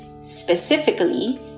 Specifically